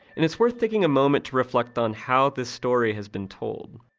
and it's worth taking a moment to reflect on how this story has been told